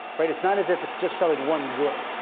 right? it's not as if it's just selling one good.